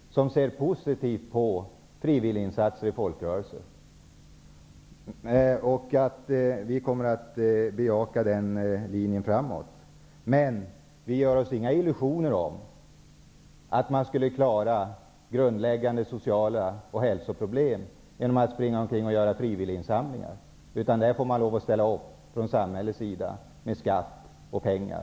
Den ser positivt på frivilliginsatser i folkrörelserna. Vi kommer att bejaka den linjen framöver. Men vi gör oss inga illusioner om att man skall klara grundläggande sociala problem och hälsoproblem genom att springa omkring och göra frivilliginsamlingar. Där får samhället lov att ställa upp med skatt och pengar.